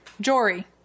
Jory